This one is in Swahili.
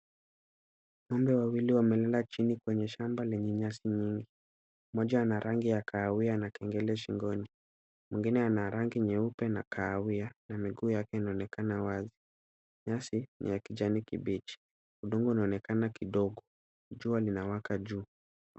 Ng'ombe wawili wamelala chini kwenye shamba lenye nyasi nyingi. Mmoja ana rangi ya kahawia na kengele shingoni. Mwingine ana rangi nyeupe na kahawia na miguu yake inaonekana wazi. Nyasi ni ya kijani kibichi . Udongo unaonekna kidogo. Jua linawaka juu.